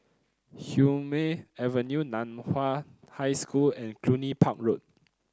Hume Avenue Nan Hua High School and Cluny Park Road